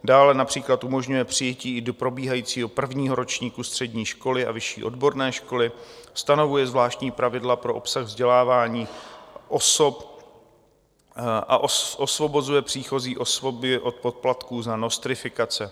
Dále například umožňuje přijetí do probíhajícího prvního ročníku střední školy a vyšší odborné školy, stanovuje zvláštní pravidla pro obsah vzdělávání osob a osvobozuje příchozí osoby od poplatků za nostrifikace.